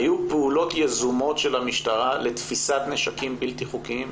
היו פעולות יזומות של המשטרה לתפיסת נשקים בלתי חוקיים?